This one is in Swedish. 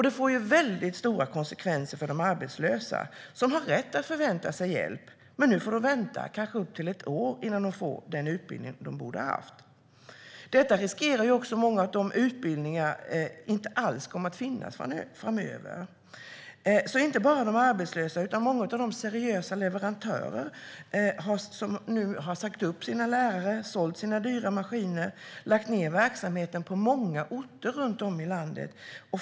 Det får väldigt stora konsekvenser för de arbetslösa som har rätt att förvänta sig hjälp. Nu får de vänta kanske upp till ett år innan de får den utbildning de borde ha haft. Det riskerar också att många av de utbildningarna inte alls kommer att finnas framöver. Det drabbar inte bara de arbetslösa utan många av de seriösa leverantörer som nu har sagt upp sina lärare, sålt sina dyra maskiner och lagt ned verksamheten på många orter runt om i landet.